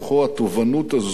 התובענות הזאת